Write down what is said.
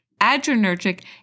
adrenergic